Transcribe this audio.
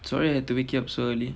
sorry I had to wake you up so early